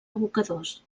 abocadors